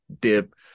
dip